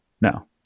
no